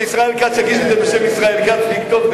שישראל כץ יגיד את זה בשם ישראל כץ ויכתוב,